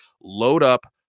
load-up